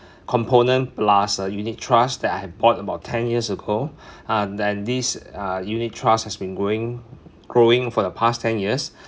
component plus a unit trust that I had bought about ten years ago uh then this uh unit trust has been growing growing for the past ten years